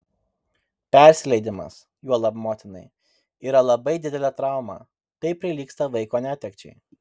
persileidimas juolab motinai yra labai didelė trauma tai prilygsta vaiko netekčiai